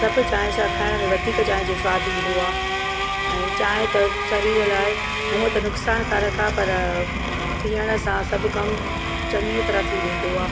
सभु चांहि सां खाइण में वधीक चांहि जो सवादु ईंदो आहे ऐं चांहि त शरीर लाइ हूअं त नुक़सानु कारक आहे पर पीअण सां सभु कमु चङी तरह थी वेंदो आहे